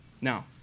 Now